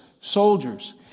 soldiers